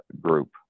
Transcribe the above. group